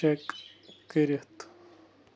check کٔرِتھ